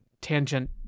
Tangent